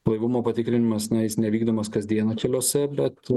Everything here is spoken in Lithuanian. blaivumo patikrinimas na jis nevykdomas kasdieną keliuose bet